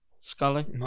Scully